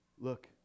look